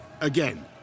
again